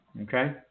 Okay